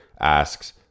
asks